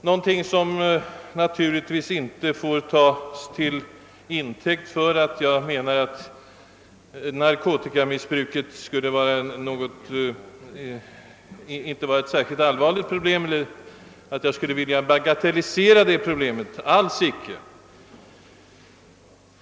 Detta får naturligtvis inte tas till intäkt för att jag skulle mena att narkotikamissbruket inte är ett särskilt allvarligt problem eller att jag skulle vilja bagatellisera det problemet — det vill jag naturligtvis inte alls.